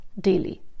daily